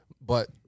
But-